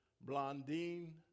Blondine